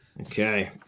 okay